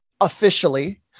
officially